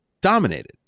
dominated